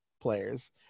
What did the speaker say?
players